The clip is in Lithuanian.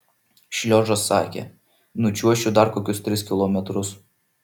šliožas sakė nučiuošiu dar kokius tris kilometrus